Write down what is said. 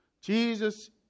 Jesus